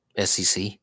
SEC